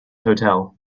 hotel